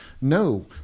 No